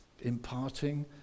imparting